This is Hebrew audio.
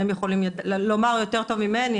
הם יכולים לומר יותר טוב ממני.